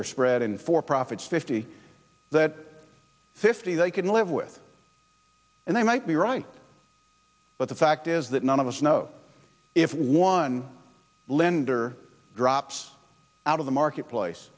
ey're spread in for profit fifty that fifty they can live with and they might be right but the fact is that none of us know if one lender drops out of the marketplace